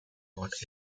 not